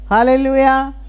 Hallelujah